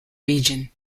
region